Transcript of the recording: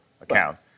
account